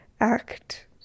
act